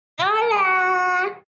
Hola